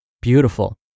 beautiful